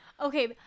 okay